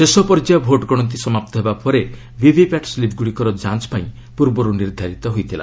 ଶେଷ ପର୍ଯ୍ୟାୟ ଭୋଟ୍ ଗଣତି ସମାପ୍ତ ହେବା ପରେ ଭିଭିପାଟ୍ ସ୍ଲିପ୍ଗୁଡ଼ିକର ଯାଞ୍ଚ ପାଇଁ ପୂର୍ବରୁ ନିର୍ଦ୍ଧାରିତ ହୋଇଥିଲା